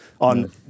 on